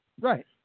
Right